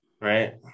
right